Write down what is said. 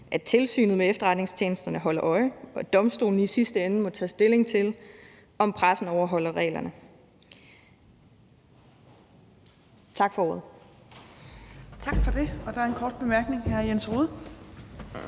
at Tilsynet med Efterretningstjenesterne holder øje, og domstolene må i sidste ende tage stilling til, om pressen overholder reglerne.